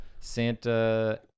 Santa